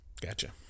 Gotcha